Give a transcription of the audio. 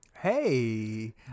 Hey